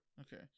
Okay